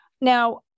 Now